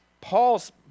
Paul's